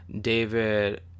David